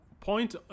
Point